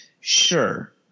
Sure